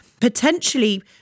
potentially